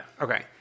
Okay